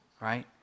Right